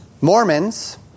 Mormons